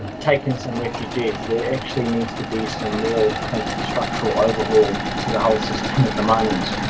ah taking some refugees. there actually needs to be some real structural overhaul to the whole system at the moment.